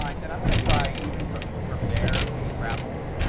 um then i'm going to try, even from from there, being grappled,